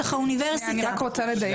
אני רק רוצה לדייק,